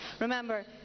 Remember